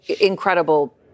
incredible